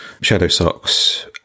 Shadowsocks